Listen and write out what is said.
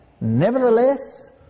nevertheless